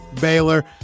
Baylor